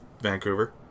Vancouver